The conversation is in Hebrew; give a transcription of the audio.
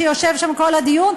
שיושב שם כל הדיון,